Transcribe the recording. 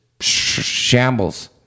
shambles